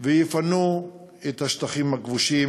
ויפנו את השטחים הכבושים,